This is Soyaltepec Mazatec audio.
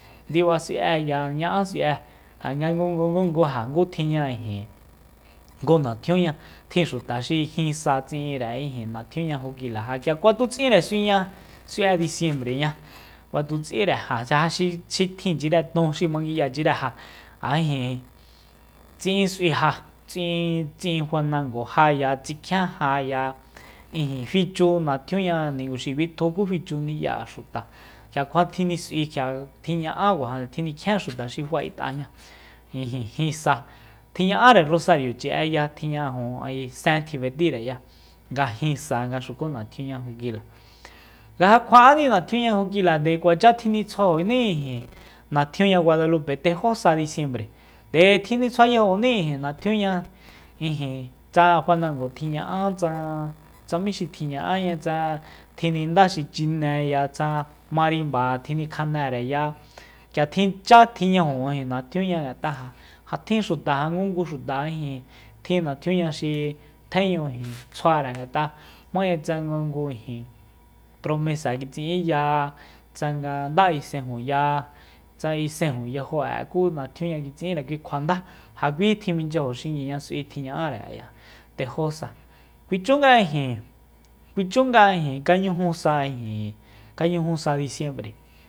Ndiba s'ui'eya ña'a s'ui'e ja nga ngungungungu ja ngu tjinña ijin ngu natjuniaña tjin xuta xi jin sa tsi'inre natjunia jukila ja k'ia kjuatuts'ínre s'uiña s'ui'e disiembreña kuatutsinre jaya xi- xi tjinchire ton xin manguiyachire ja- ja ijin tsi'in s'ui ya tsi'in- tsi'in fanango jaya tsikjien jaya ijin fichu natjunia ninguxi bitju ku fichu ni'ya'e xuta k'ia kjua tjinis'ui k'ia tjinña'a rjinikjien xuta xi fa'et'aña ijin jin sa tjiña'are rosariochi'eya tji'ñajo sen tjib'etireya nga jin sa nga xuku natjunia jukila nga ja kjua'áni natjunia jukila nde kuacha tjinitsjuajoní ijin natjunia guadalupe tejó sa disiembre nde tjinitsjuayajoní natjunia ijin tsa fanango tjiña'á tsa mí xi tjiña'aña tsa tjininda xi chineya tsa marimba tjinikjanereya k'ia tjichá tji'ñajo natjunia ngat'a ja tjin xuta ja ngungu xuta ijin tjin natjuni xi tjeñu ijin tsjuare ngat'a jmaya tsa ngu ijin promesa kitsi'inya tsanga nda isenjunya tsa isenju yajo'e ku natjunia kitsi'inre kui kjuanda ja kui tjiminchyajo xinguiña s'ui tjiña'are ayajnu tejo sa kjuichunga ijin kjuichunga ijin kañuju sa ijin kañuju sa disiembre